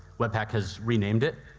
webpack has renamed it.